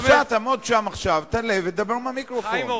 בבקשה, תעמוד שם עכשיו, תעלה ותדבר מהמיקרופון.